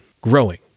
Growing